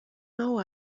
now